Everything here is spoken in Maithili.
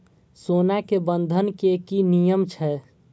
सोना के बंधन के कि नियम छै?